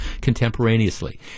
contemporaneously